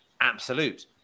absolute